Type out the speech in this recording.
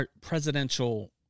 presidential